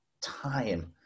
time